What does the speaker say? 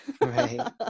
right